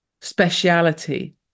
speciality